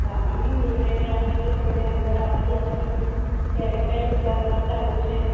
સામાનની દેખરેખ રાખે છે કોઈને અંદર આવવા દેતાં નથી કેમેરાય બધા અમારા ચાલુ છે